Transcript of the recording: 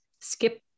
skip